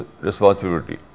responsibility